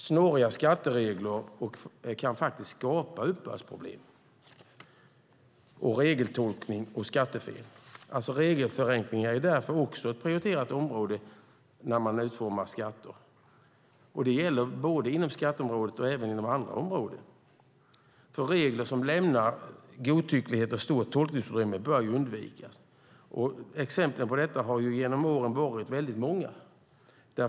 Snåriga skatteregler kan faktiskt skapa uppbördsproblem, regeltolkning och skattefel. Regelförenklingar är därför också ett prioriterat område när man utformar skatter. Det gäller både inom skatteområdet och inom andra områden. Regler som skapar godtycklighet och stort tolkningsutrymme bör undvikas. Exemplen på detta har genom åren varit många.